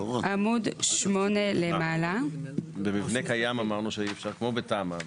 במבנה קיים אמרנו שאי אפשר כמו בתמ"א.